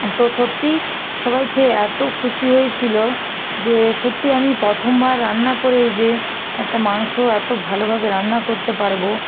তো সত্যি সবাই খেয়ে এত খুশি হয়েছিল যে সত্যি আমি প্রথমবার রান্না করেই যে একটা মাংস এত ভালোভাবে রান্না করতে পারব